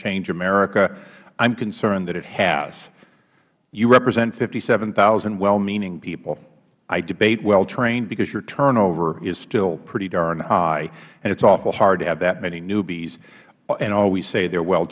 change america i am concerned that it has you represent fifty seven thousand well meaning people i debate well trained because your turnover is still pretty darn high and it is awful hard to have that many newbies and all we say they are well